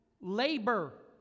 labor